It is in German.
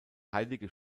heilige